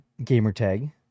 gamertag